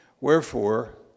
Wherefore